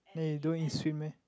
and you don't eat sweet meh